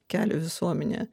kelia visuomenėje